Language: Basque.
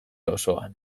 osoan